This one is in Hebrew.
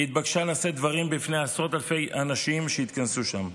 התבקשה לשאת דברים בפני עשרות אלפי אנשים שהתכנסו שם.